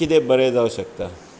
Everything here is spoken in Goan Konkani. कितें बरें जावं शकता